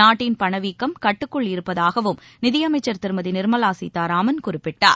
நாட்டின் பணவீக்கம் கட்டுக்குள் இருப்பதாகவும் நிதியமைச்சர் திருமதிநிர்மலாசீதாராமன் குறிப்பிட்டார்